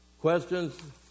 Questions